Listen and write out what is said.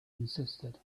insisted